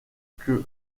que